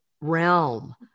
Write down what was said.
realm